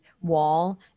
wall